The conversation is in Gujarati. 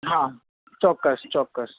હા ચોક્કસ ચોક્કસ